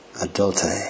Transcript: adultery